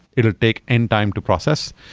it will take n-time to process.